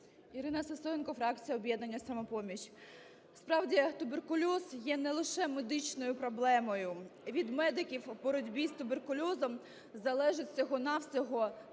Ірина Сисоєнко, фракція "Об'єднання "Самопоміч". Справді, туберкульоз є не лише медичною проблемою. Від медиків у боротьбі із туберкульозом залежить всього-на-всього